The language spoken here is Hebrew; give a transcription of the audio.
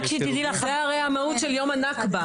זה הרי המהות של יום הנכבה.